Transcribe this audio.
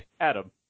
Adam